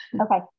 Okay